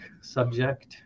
subject